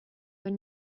but